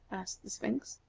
asked the sphinx.